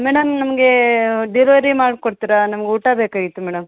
madam ನಮಗೆ delivery ಮಾಡ್ಕೊಡ್ತೀರಾ ನಮ್ಗೆ ಊಟ ಬೇಕಾಗಿತ್ತು ಮೇಡಮ್